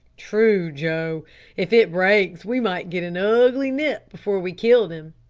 true, joe if it breaks we might get an ugly nip before we killed him.